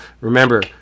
Remember